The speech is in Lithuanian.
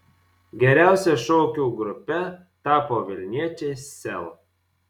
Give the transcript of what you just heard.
geriausia šokių grupe tapo vilniečiai sel